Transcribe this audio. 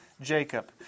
Jacob